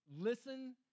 Listen